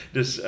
Dus